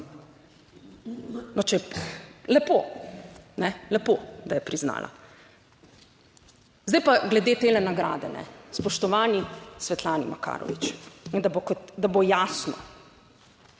Zdaj pa glede te nagrade, spoštovani Svetlani Makarovič, in da bo jasno.